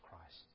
Christ